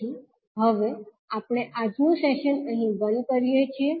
તેથી હવે આપણે આજનું સેશન અહીં બંધ કરીએ છીએ